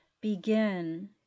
begin